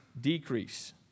decrease